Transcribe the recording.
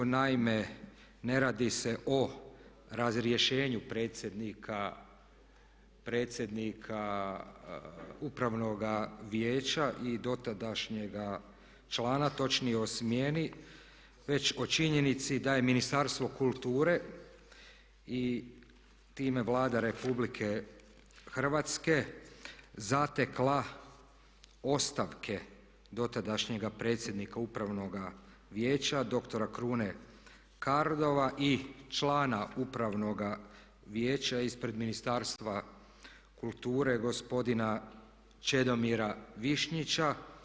Naime, ne radi se o razrješenju predsjednika Upravnoga vijeća i dotadašnjega člana točnije o smjeni već o činjenici da je Ministarstvo kulture i time Vlada Republike Hrvatske zatekla ostavke dotadašnjega predsjednika Upravnoga vijeća doktora Krune Kardova i člana Upravnoga vijeća ispred Ministarstva kulture gospodina Čedomira Višnjića.